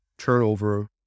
Turnover